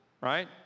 Right